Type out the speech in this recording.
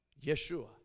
Yeshua